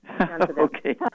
Okay